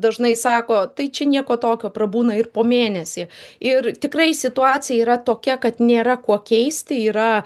dažnai sako tai čia nieko tokio prabūna ir po mėnesį ir tikrai situacija yra tokia kad nėra kuo keisti yra